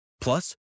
Plus